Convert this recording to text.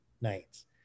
nights